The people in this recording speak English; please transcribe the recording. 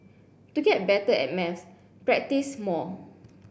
to get better at maths practise more